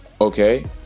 okay